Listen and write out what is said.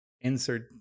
insert